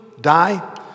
die